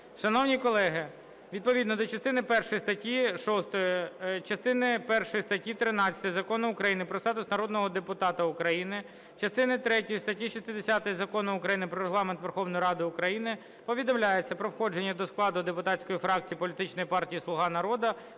частини першої статті 6, частини першої статті 13 Закону України "Про статус народного депутата України", частини третьої статті 60 Закону України "Про Регламент Верховної Ради України", повідомляється про входження до складу депутатської фракції політичної партії "Слуга народу"